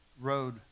road